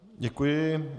Děkuji.